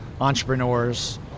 entrepreneurs